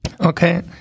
Okay